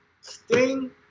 Sting